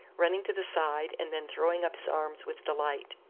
running to the side, and then throwing up his arms with delight.